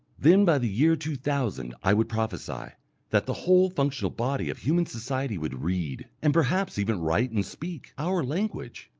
then by the year two thousand i would prophesy that the whole functional body of human society would read, and perhaps even write and speak, our language.